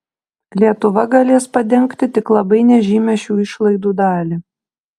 lietuva galės padengti tik labai nežymią šių išlaidų dalį